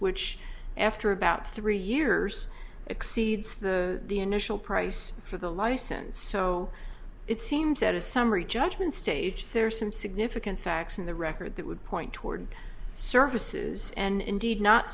which after about three years exceeds the initial price for the license so it seems that a summary judgement stage there are some significant facts in the record that would point toward services and indeed not